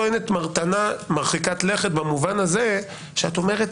טענה מרחיקת לכת במובן הזה שאת אומרת: